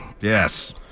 Yes